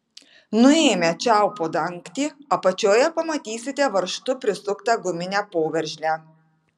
nuėmę čiaupo dangtį apačioje pamatysite varžtu prisuktą guminę poveržlę